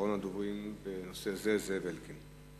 אחרון הדוברים בנושא זה, חבר הכנסת זאב אלקין.